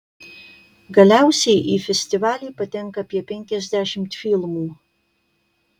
galiausiai į festivalį patenka apie penkiasdešimt filmų